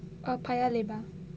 err paya lebar